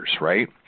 right